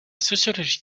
sociologie